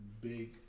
big